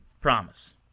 Promise